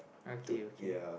okay okay